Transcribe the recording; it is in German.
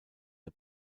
der